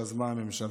שיזמה הממשלה.